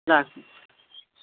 राखै छी